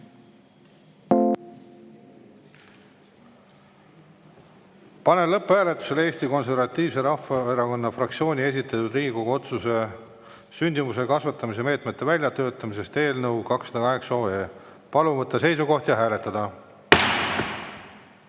Panen lõpphääletusele Eesti Konservatiivse Rahvaerakonna fraktsiooni esitatud Riigikogu otsuse "Sündimuse kasvatamise meetmete väljatöötamisest" eelnõu 208. Palun võtta seisukoht ja hääletada!